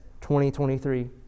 2023